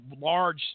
large